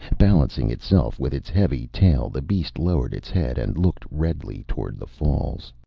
balancing itself with its heavy tail, the beast lowered its head and looked redly toward the falls.